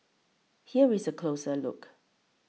here is a closer look